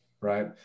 Right